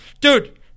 dude